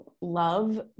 love